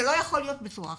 זה לא יכול להיות בצורה אחרת.